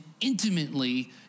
intimately